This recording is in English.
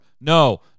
No